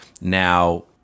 now